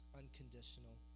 unconditional